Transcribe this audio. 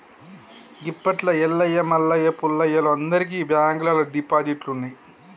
గిప్పట్ల ఎల్లయ్య మల్లయ్య పుల్లయ్యలు అందరికి బాంకుల్లల్ల డిపాజిట్లున్నయ్